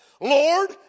Lord